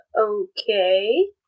Okay